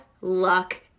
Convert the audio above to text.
luck